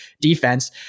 defense